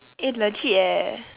eh legit eh